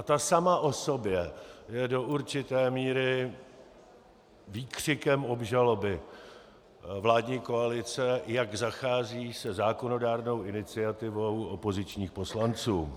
Ta sama o sobě je do určité míry výkřikem obžaloby vládní koalice, jak zachází se zákonodárnou iniciativou opozičních poslanců.